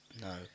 No